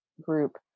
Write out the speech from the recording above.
group